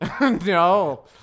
No